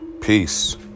Peace